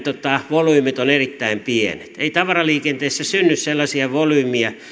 volyymit ovat erittäin pienet ei tavaraliikenteessä synny sellaisia volyymeja